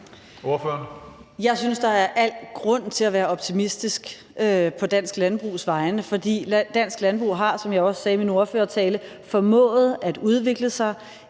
Jeg synes, der er al grund til at være optimistisk på dansk landbrugs vegne, for dansk landbrug har, som jeg også sagde i min ordførertale, formået at udvikle sig